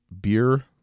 beer